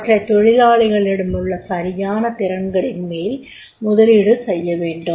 அவற்றை தொழிலாளிகளிடமுள்ள சரியான திறன்களின்மேல் முதலீடு செய்யவேண்டும்